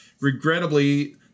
Regrettably